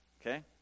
Okay